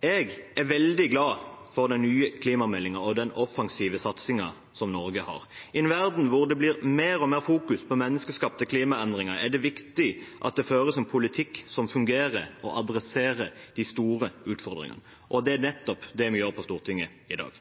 Jeg er veldig glad for den nye klimameldingen og den offensive satsingen som Norge har. I en verden hvor det fokuseres mer og mer på menneskeskapte klimaendringer, er det viktig at det føres en politikk som fungerer, og som adresserer de store utfordringene. Det er nettopp det vi gjør på Stortinget i dag.